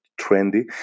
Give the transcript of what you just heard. trendy